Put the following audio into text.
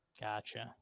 gotcha